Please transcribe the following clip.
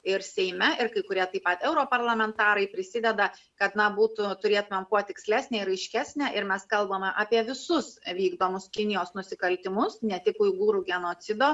ir tai na ir kai kurie taip pat europarlamentarai prisideda kad na būtų turėtumėm kuo tikslesnę ir aiškesnę ir mes kalbame apie visus vykdomus kinijos nusikaltimus ne tik uigūrų genocido